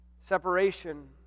Separation